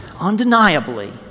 undeniably